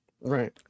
right